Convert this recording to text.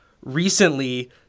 recently